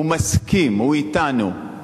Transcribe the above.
הוא מסכים, הוא אתנו.